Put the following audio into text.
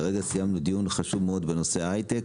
כרגע סיימנו דיון חשוב מאוד בנושא הייטק,